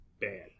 bad